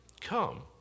come